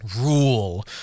rule